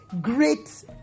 great